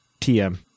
TM